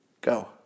Go